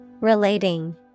Relating